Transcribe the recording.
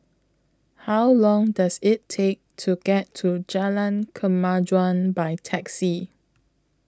How Long Does IT Take to get to Jalan Kemajuan By Taxi